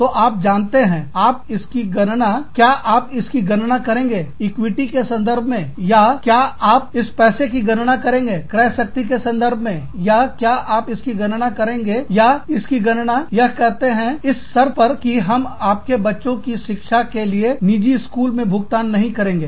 तो आप जानते हैं आप इसकी गणना क्या आप इसकी गणना करेंगे इक्विटी के संदर्भ में या क्या आप इस पैसे की गणना करेंगे क्रय शक्ति के संदर्भ में या क्या आप इसकी गणना करेंगे या इसकी गणना यह कहते है इस शर्त पर की हम आपके बच्चों की शिक्षा के लिए निजी स्कूलों में भुगतान नहीं करेंगे